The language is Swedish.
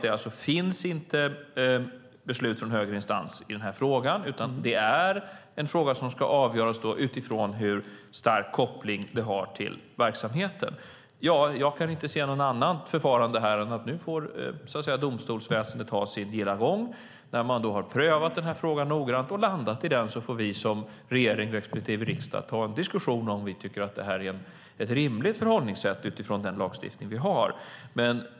Det finns inget beslut från högre instans i denna fråga, utan det är en fråga som ska avgöras utifrån hur stark koppling det har till verksamheten. Jag kan inte se något annat förfarande än att rättsprocessen får ha sin gilla gång. När man har prövat frågan noggrant i domstol får vi i regering respektive riksdag ta en diskussion om vi tycker att det är ett rimligt förhållningssätt utifrån den lagstiftning vi har.